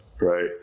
Right